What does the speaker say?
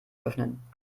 öffnen